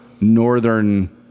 northern